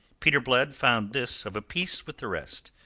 peter blood found this of a piece with the rest.